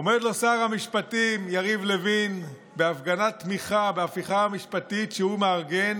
עומד לו שר המשפטים יריב לוין בהפגנת תמיכה בהפיכה המשפטית שהוא מארגן